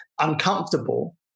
uncomfortable